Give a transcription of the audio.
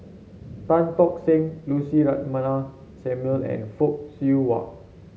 Tan Tock Seng Lucy Ratnammah Samuel and Fock Siew Wah